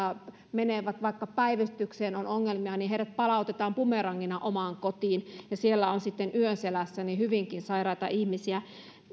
menevät vaikka päivystykseen kun on ongelmia palautetaan bumerangina omaan kotiin ja siellä on sitten yönselässä hyvinkin sairaita ihmisiä